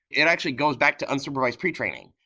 it actually goes back to unsupervised pre-training.